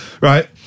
right